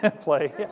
Play